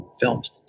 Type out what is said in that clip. films